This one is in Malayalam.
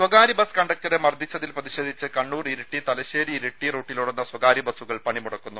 സ്വകാര്യ ബസ് കണ്ടക്ടറെ മർദ്ദിച്ചതിൽ പ്രതിഷേധിച്ച് കണ്ണൂർ ഇരിട്ടി തലശ്ശേരി ഇരിട്ടി റൂട്ടിലോടുന്ന സ്വകാര്യ ബസുകൾ പണിമുടക്കുന്നു